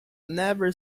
never